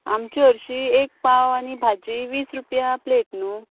आमची हरशीं एक पाव आनी भाजी वीस रुपया प्लेट न्हू